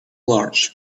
large